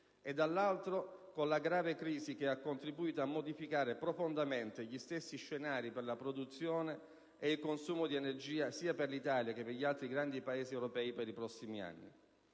e, dall'altro, con la grave crisi, che ha contribuito a modificare profondamente gli stessi scenari per la produzione e il consumo di energia sia per l'Italia, che per gli altri grandi Paesi europei per i prossimi anni.